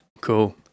Cool